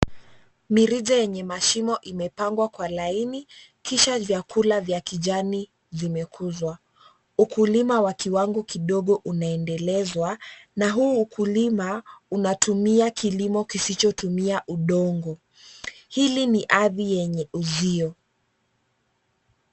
Mirija yenye mashimo imepangwa kwa laini, kisha vyakula vya kijani zimekuzwa. Ukulima wa kiwango kidogo unaendelezwa, na huu ukulima, unatumia kilimo kisichotumia udongo. Hili ni adhi yenye uzio.